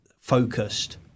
focused